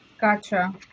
Gotcha